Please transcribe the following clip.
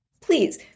please